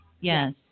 yes